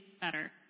better